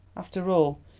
after all,